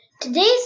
Today's